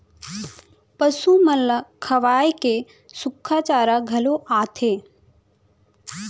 पसु मन ल खवाए के सुक्खा चारा घलौ आथे